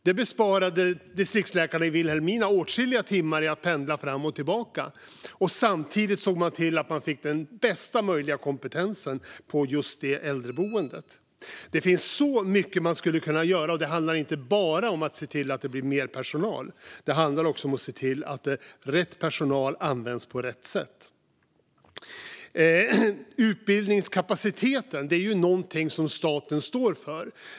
Det besparade distriktsläkarna i Vilhelmina åtskilliga timmars pendlande fram och tillbaka. Samtidigt såg man till att man fick bästa möjliga kompetens på just det äldreboendet. Det finns så mycket man skulle kunna göra, och det handlar inte bara om att se till att det blir mer personal. Det handlar också om att se till att rätt personal används på rätt sätt. Utbildningskapaciteten är något som staten står för.